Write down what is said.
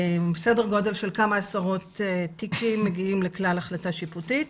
סדר גודל של כמה עשרות תיקים מגיעים להחלטה שיפוטית.